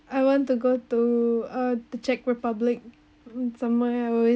I want to go to uh the czech republic somewhere I always